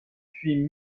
puis